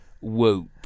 whoop